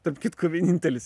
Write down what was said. tarp kitko vienintelis